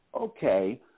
Okay